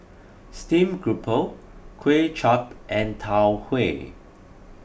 Steamed Grouper Kuay Chap and Tau Huay